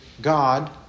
God